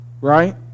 right